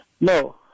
No